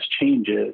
changes